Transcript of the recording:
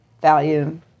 value